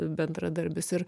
bendradarbis ir